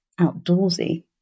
outdoorsy